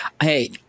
hey